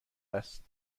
است